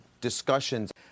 discussions